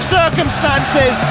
circumstances